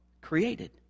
created